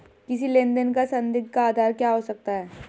किसी लेन देन का संदिग्ध का आधार क्या हो सकता है?